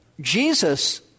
Jesus